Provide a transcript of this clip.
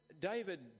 David